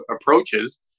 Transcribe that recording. approaches